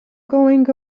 going